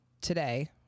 today